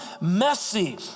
messy